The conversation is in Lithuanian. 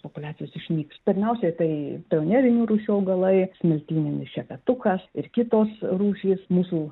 populiacijos išnyks pirmiausiai tai teonerinių rūšių augalai smiltyninis šepetukas ir kitos rūšys mūsų